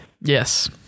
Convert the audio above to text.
Yes